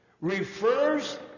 refers